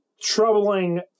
troubling